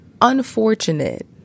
unfortunate